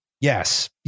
Yes